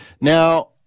Now